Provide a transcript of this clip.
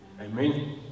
Amen